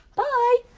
bye.